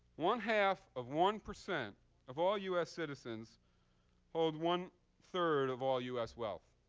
one half of one percent of all us citizens hold one third of all us wealth.